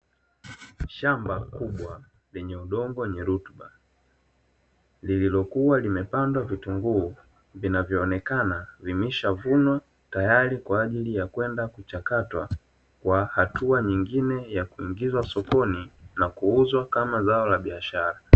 Shamba kubwa lenye udongo wenye rutuba lililokuwa limepandwa vitunguu vinavyoonekana vimeshavunwa tayari kwa ajili ya kwenda kuchakatwa kwa hatua nyingine ya kuingizwa sokoni na kuuzwa kama zao la biashara.